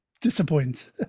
disappoint